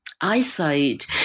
eyesight